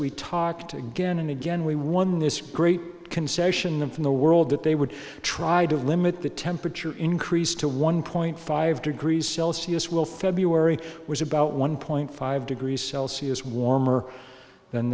we talked again and again we won this great concession them from the world that they would try to limit the temperature increase to one point five degrees celsius well february was about one point five degrees celsius warmer than